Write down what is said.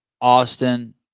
Austin